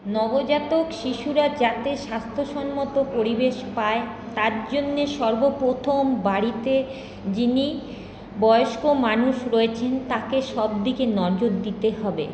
নবজাতক শিশুরা যাতে স্বাস্থ্যসম্মত পরিবেশ পায় তার জন্যে সর্বপ্রথম বাড়িতে যিনি বয়স্ক মানুষ রয়েছেন তাকে সবদিকে নজর দিতে হবে